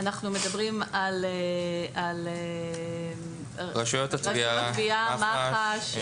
אנחנו מדברים על רשויות התביעה, מח"ש,